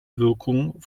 wirkung